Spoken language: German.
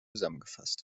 zusammengefasst